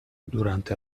durante